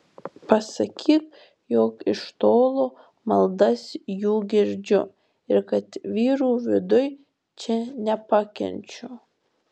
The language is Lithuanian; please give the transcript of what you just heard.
pasakyk jog iš tolo maldas jų girdžiu ir kad vyrų viduj čia nepakenčiu